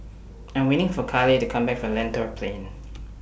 I Am waiting For Caleigh to Come Back from Lentor Plain